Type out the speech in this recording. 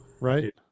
Right